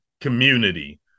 community